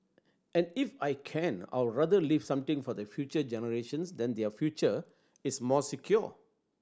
and if I can I'll rather leave something for the future generations that their future is more secure